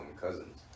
Cousins